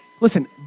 listen